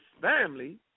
family